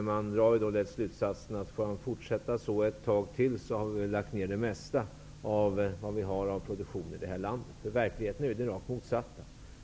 Man drar ju då den slutsatsen att det mesta av produktionen i det här landet kommer att läggas ned om han får fortsätta så här ett tag till. Verkligheten är ju den rakt motsatta.